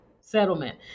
settlement